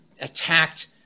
attacked